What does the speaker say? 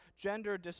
gender